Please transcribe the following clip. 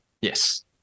Yes